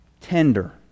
tender